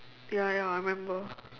ya ya I remember